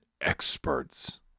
experts